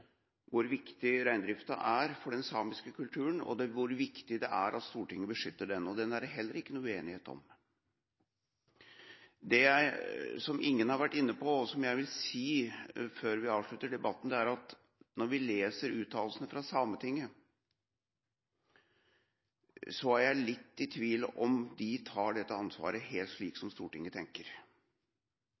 hvor viktig reindriften er for den samiske kulturen, og hvor viktig det er at Stortinget beskytter den. Det er det heller ikke noen uenighet om. Det som ingen har vært inne på, og som jeg vil si før vi avslutter debatten, er at når vi leser uttalelsene fra Sametinget, er jeg litt i tvil om de tar dette ansvaret helt slik som Stortinget tenker